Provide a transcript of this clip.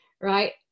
right